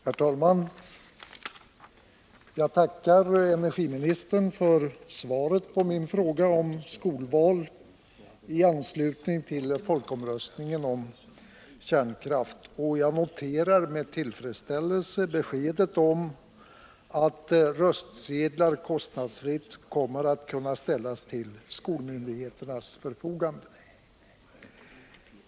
Herr talman! Jag tackar energiministern för svaret på min fråga om skolval i anslutning till folkomröstningen om kärnkraft, och jag noterar med tillfredsställelse beskedet om att röstsedlar kostnadsfritt kommer att kunna ställas till skolmyndigheternas förfogande.